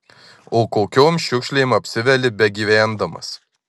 o kokiom šiukšlėm apsiveli begyvendamas